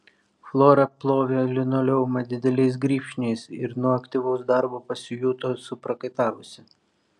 flora plovė linoleumą dideliais grybšniais ir nuo aktyvaus darbo pasijuto suprakaitavusi